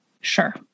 sure